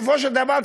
בסופו של דבר,